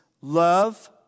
Love